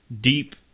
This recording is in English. Deep